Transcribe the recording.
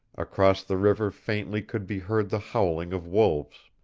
across the river faintly could be heard the howling of wolves.